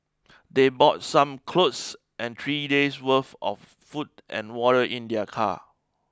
they bought some clothes and three days worth of food and water in their car